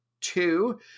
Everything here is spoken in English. two